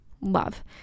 love